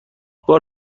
بار